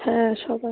হ্যাঁ সব আছে